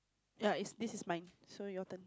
yeah is this is mine so your turn